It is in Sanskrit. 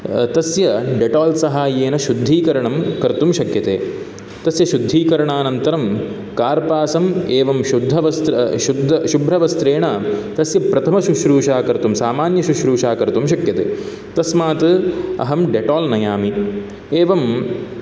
तस्य डेटाल् सहाय्येन शुद्धीकरणं कर्तुं शक्यते तस्य शुद्धीकरणानन्तरं कार्पासम् एवं शुद्धवस्त्र शु शुभ्र शुभ्रवस्त्रेण तस्य प्रथमशुश्रूषा कर्तुं सामान्यशुश्रूषा कर्तुं शक्यते तस्मात् अहं डेटाल् नयामि एवम्